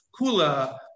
Kula